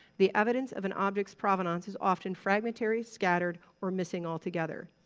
the evidence of an object's provenance is often fragmentary, scattered or missing altogether.